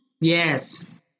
Yes